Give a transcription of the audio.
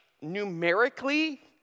numerically